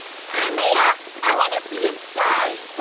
sign me up i want to see inside